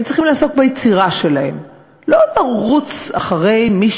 הם צריכים לעסוק ביצירה שלהם, לא לרוץ אחרי מי